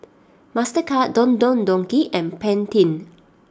Mastercard Don Don Donki and Pantene